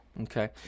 Okay